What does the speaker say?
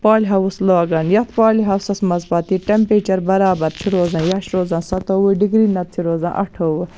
پالہِ house لاگان یَتھ poly ہاوسَس منٛز پتہٕ یہِ ٹیٚمپیچر برابر چھُ روزان یا چھُ روزان سَتووُہ ڈِگری نَتہٕ چھُ روزان اَٹھووُہ